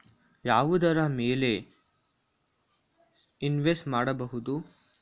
ಯಾವುದರ ಮೇಲೆ ಇನ್ವೆಸ್ಟ್ ಮಾಡಬಹುದು?